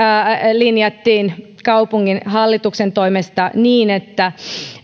linjattiin kaupunginhallituksen toimesta niin että